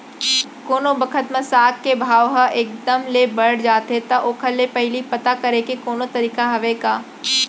कोनो बखत म साग के भाव ह एक दम ले बढ़ जाथे त ओखर ले पहिली पता करे के कोनो तरीका हवय का?